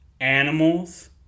animals